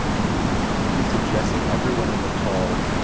me. he's addressing everyone in the call.